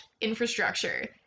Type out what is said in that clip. infrastructure